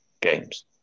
games